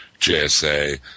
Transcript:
JSA